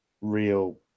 real